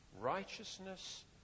Righteousness